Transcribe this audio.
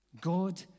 God